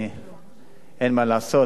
שאין מה לעשות,